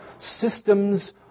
systems